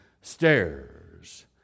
stairs